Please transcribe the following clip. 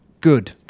good